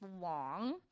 long